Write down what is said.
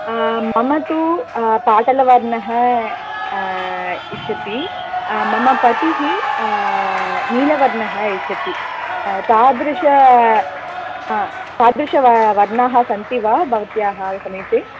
मम तु पाटलवर्णः इच्छति मम पतिः नीलवर्णः इच्छति तादृश तादृश वर्णाः सन्ति वा भवत्याः समीपे